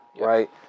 right